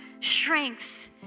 strength